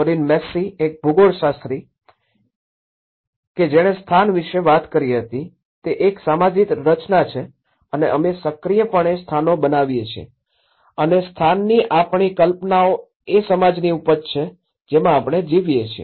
Doreen Massey એક ભૂગોળશાસ્ત્રી કે જેણે સ્થાન વિશે વાત કરી હતી તે એક સામાજિક રચના છે અને અમે સક્રિયપણે સ્થાનો બનાવીએ છીએ અને સ્થાનની આપણી કલ્પનાઓ એ સમાજની ઉપજ છે જેમાં આપણે જીવીએ છીએ